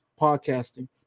podcasting